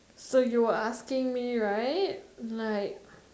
so you asking me right like